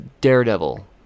Daredevil